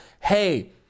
hey